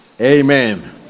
Amen